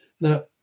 Now